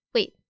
Wait